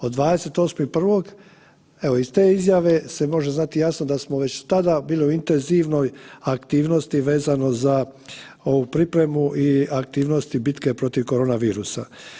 Od 28.1., evo, iz te izjave se može znati jasno da smo već tada bili u intenzivnoj aktivnosti vezano za ovu pripremu i aktivnosti bitke protiv koronavirusa.